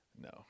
No